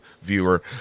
viewer